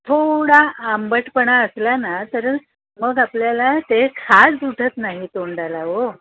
थोडा आंबटपणा असला ना तरच मग आपल्याला ते खाज उठत नाही तोंडाला हो